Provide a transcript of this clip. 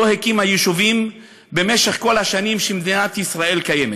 לא הקימה יישובים במשך כל השנים שמדינת ישראל קיימת?